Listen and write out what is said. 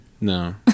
no